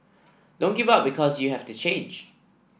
don't give up because you have to change